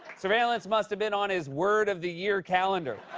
surveillance must have been on his word of the year calendar.